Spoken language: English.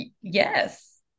Yes